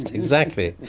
and exactly.